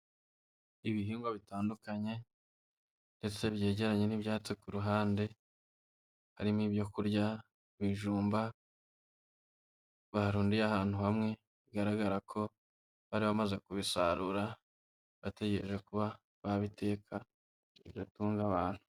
Ibihingwa bitandukanye ndetse byegeranye n'ibyatsi ku ruhande harimo ibyo kurya, ibijumba barundiye ahantu hamwe bigaragarako bari bamaze kubisarura, bategereje kuba babiteka bigatunga abantu.